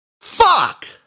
Fuck